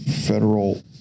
federal